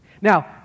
Now